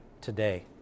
today